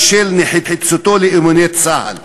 בשל נחיצותו לאימוני צה"ל".